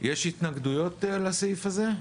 יש התנגדויות לסעיף הזה?